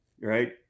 Right